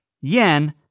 yen